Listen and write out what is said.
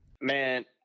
man